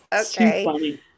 Okay